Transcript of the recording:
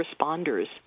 responders